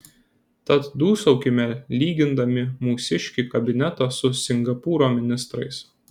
tad dūsaukime lygindami mūsiškį kabinetą su singapūro ministrais